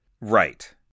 Right